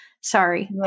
Sorry